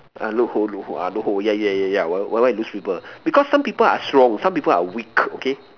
ah loop hole loop hole ah loophole yeah yeah yeah yeah why why lose people because some people are slow some people are weak okay